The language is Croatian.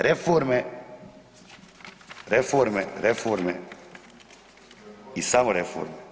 Reforme, reforme, reforme i samo reforme.